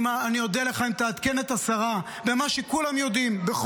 אני אודה לך אם תעדכן את השרה במה שכולם יודעים שצריך לעשות,